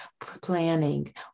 planning